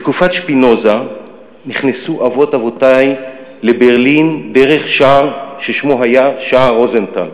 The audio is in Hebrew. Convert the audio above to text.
בתקופת שפינוזה נכנסו אבות אבותי לברלין דרך שער ששמו היה "שער רוזנטל".